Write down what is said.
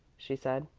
she said.